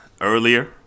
earlier